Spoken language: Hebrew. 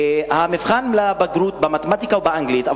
מבחן הבגרות במתמטיקה ובאנגלית,